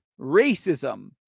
racism